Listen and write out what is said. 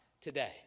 today